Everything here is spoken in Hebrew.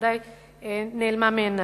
שבוודאי נעלמה מעיני.